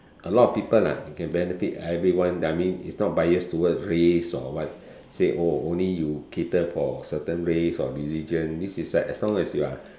a lot of people lah can benefit everyone i mean is not biased towards race or what say oh you only cater for certain race or religion this is like as long as you are